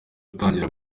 gutangira